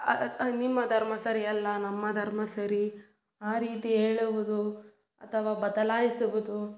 ನಿಮ್ಮ ಧರ್ಮ ಸರಿಯಲ್ಲ ನಮ್ಮ ಧರ್ಮ ಸರಿ ಆ ರೀತಿ ಹೇಳುವುದು ಅಥವಾ ಬದಲಾಯಿಸುವುದು